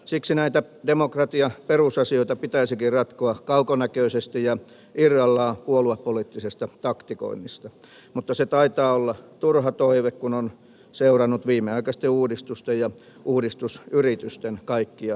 siksi näitä demokratian perusasioita pitäisikin ratkoa kaukonäköisesti ja irrallaan puoluepoliittisesta taktikoinnista mutta se taitaa olla turha toive kun on seurannut viimeaikaisten uudistusten ja uudistusyritysten kaikkia kiemuroita